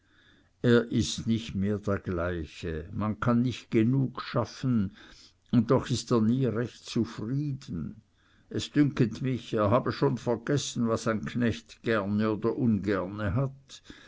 er ist nicht mehr der gleiche man kann nicht genug schaffen und doch ist er nie recht zufrieden es dünket mich er habe schon vergessen was ein knecht gerne oder ungerne hat